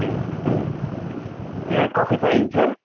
यहाँ कफी पाइन्छ